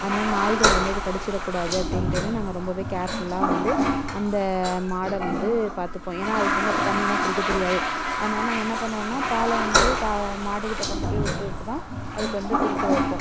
அதனால நாய்கள் வந்து அதை கடிச்சிடக்கூடாது அப்படின்ட்டுன்னு நாங்கள் ரொம்பவே கேர்ஃபுல்லாக வந்து அந்த மாடை வந்து பார்த்துப்போம் ஏன்னா அதுக்கு வந்து அப்போ தண்ணியெலாம் குடிக்க தெரியாது அதனால நாங்கள் என்ன பண்ணுவோம்னா பாலை வந்து க மாடுக்கிட்ட கொண்டு போயிவிட்டு விட்டு தான் அதுக்கு வந்து குடிக்க வைப்போம்